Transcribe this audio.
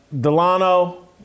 Delano